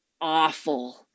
awful